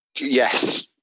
Yes